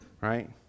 right